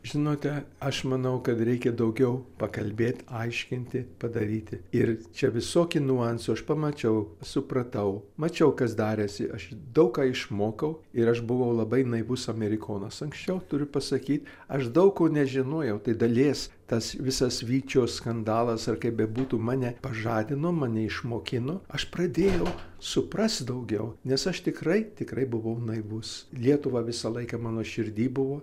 žinote aš manau kad reikia daugiau pakalbėt aiškinti padaryti ir čia visokie niuansų aš pamačiau supratau mačiau kas darėsi aš daug ką išmokau ir aš buvau labai naivus amerikonas anksčiau turiu pasakyt aš daug ko nežinojau tai dalies tas visas vyčio skandalas ar kaip bebūtų mane pažadino mane išmokino aš pradėjau suprast daugiau nes aš tikrai tikrai buvau naivus lietuva visą laiką mano širdy buvo